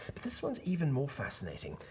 but this one's even more fascinating,